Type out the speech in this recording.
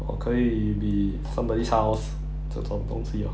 or 可以 be somebody's house 这种东西 orh